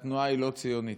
שהתנועה היא לא ציונית,